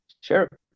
Sure